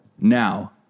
now